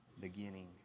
beginning